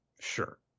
sure